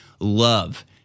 Love